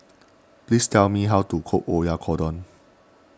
please tell me how to cook Oyakodon